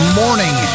morning